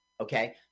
okay